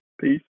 Peace